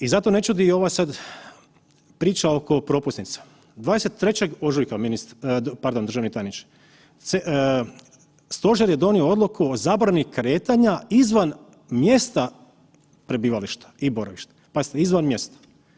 I zato ne čudi i ova sad priča oko propusnica, 23. ožujka ministre, pardon, državni tajniče, stožer je donio odluku o zabrani kretanja izvan mjesta prebivališta i boravišta, pazite izvan mjesta.